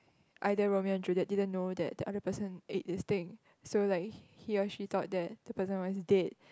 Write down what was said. either Romeo and Juliet didn't know that the other person ate this thing so like he or she thought that the person was dead